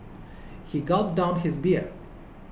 he gulped down his beer